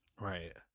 Right